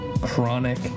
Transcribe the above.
chronic